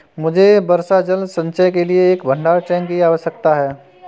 मुझे वर्षा जल संचयन के लिए एक भंडारण टैंक की आवश्यकता है